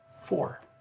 Four